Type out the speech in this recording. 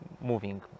moving